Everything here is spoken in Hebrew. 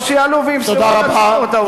או שיעלו וימסרו לציבור את העובדות.